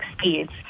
speeds